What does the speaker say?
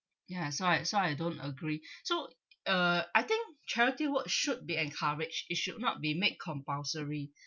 ya so I so I don't agree so uh I think charity work should be encouraged it should not be made compulsory